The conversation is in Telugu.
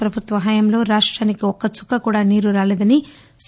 ప్రభుత్వ హయాంలో రాష్టానికి ఒక్క చుక్క కూడా నీరు రాలేదని సి